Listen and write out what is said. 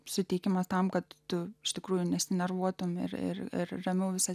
suteikiamas tam kad tu iš tikrųjų nesinervuotumėte ir ramiau visą